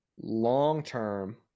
Long-term